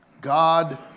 God